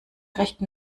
rechten